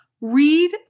Read